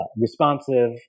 responsive